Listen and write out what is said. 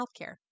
Healthcare